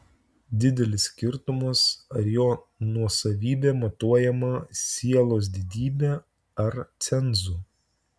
didelis skirtumas ar jo nuosavybė matuojama sielos didybe ar cenzu